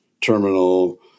terminal